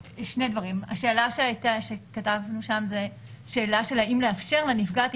השאלה שכתבנו שם האם לאפשר לנפגעת לבקש,